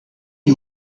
you